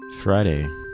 Friday